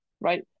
right